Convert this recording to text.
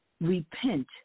repent